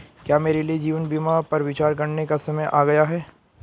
क्या मेरे लिए जीवन बीमा पर विचार करने का समय आ गया है?